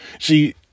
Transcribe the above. See